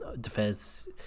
defense